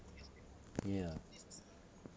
ya